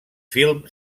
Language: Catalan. film